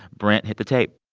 brent, hit the tape